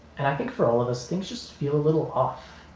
and i think for all of us things just feel a little off.